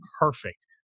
perfect